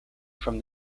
from